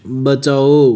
बचाओ